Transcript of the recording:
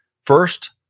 First